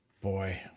boy